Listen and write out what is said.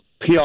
PR